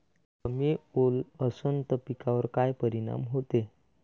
कमी ओल असनं त पिकावर काय परिनाम होते?